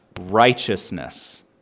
righteousness